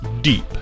deep